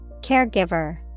Caregiver